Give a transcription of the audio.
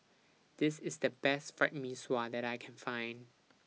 This IS The Best Fried Mee Sua that I Can Find